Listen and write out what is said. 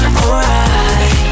alright